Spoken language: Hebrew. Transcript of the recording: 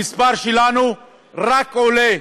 המספר שלנו רק עולה,